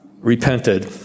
repented